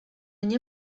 nie